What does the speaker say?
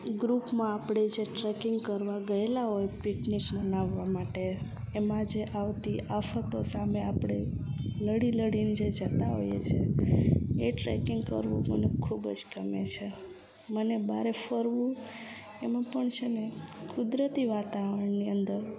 ગ્રૂપમાં આપણે જે ટ્રેકિંગ કરવા ગયેલા હોય પિકનિક મનાવવા માટે એમાં જે આવતી આફતો સામે આપણે લડી લડીને જે જતાં હોઈએ છે એ ટ્રેકિંગ કરવું મને ખૂબ જ ગમે છે મને બહારે ફરવું એમાં પણ છે ને કુદરતી વાતાવરણની અંદર